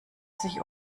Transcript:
sich